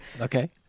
okay